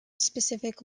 specific